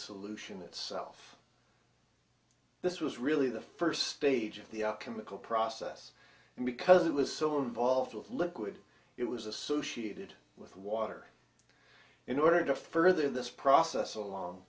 solution itself this was really the first stage of the chemical process and because it was so involved with liquid it was associated with water in order to further this process along